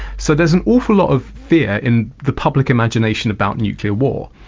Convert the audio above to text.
so there's an awful lot of fear in the public imagination about nuclear war,